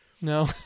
No